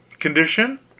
condition?